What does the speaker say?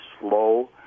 slow